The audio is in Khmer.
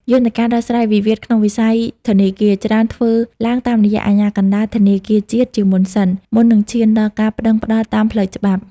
យន្តការដោះស្រាយវិវាទក្នុងវិស័យធនាគារ ច្រើនធ្វើឡើងតាមរយៈ "អាជ្ញាកណ្ដាលធនាគារជាតិ" ជាមុនសិន មុននឹងឈានដល់ការប្ដឹងផ្ដល់តាមផ្លូវច្បាប់។